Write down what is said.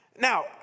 Now